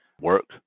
work